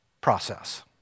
process